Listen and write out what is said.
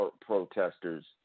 Protesters